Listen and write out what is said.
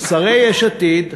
שרי יש עתיד,